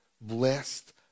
Blessed